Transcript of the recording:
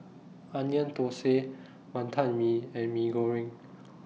Onion Thosai Wantan Mee and Mee Goreng